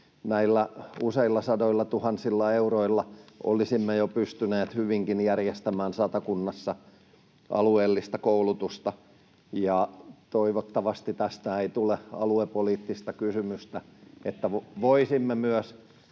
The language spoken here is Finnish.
Näillä useilla sadoillatuhansilla euroilla olisimme jo hyvinkin pystyneet järjestämään Satakunnassa alueellista koulutusta. Toivottavasti tästä ei tule aluepoliittista kysymystä [Tuomas